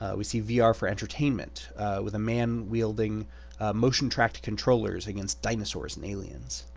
ah we see vr for entertainment with a man wielding motion tracked controllers against dinosaurs and aliens.